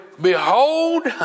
behold